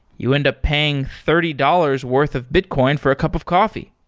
you end up paying thirty dollars worth of bitcoin for a cup of coffee.